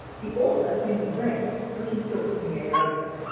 the author henry raine was himself in the ai f.